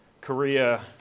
Korea